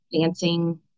dancing